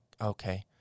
Okay